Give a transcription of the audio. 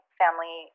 family